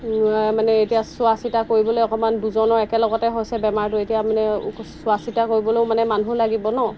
মানে এতিয়া চোৱা চিতা কৰিবলৈ অকণমান দুজনৰ একেলগতে হৈছে বেমাৰটো এতিয়া মানে চোৱা চিতা কৰিবলৈও মানে মানুহ লাগিব ন